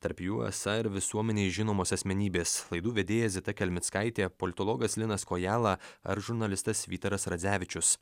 tarp jų esą ir visuomenėj žinomos asmenybės laidų vedėja zita kelmickaitė politologas linas kojala ar žurnalistas vytaras radzevičius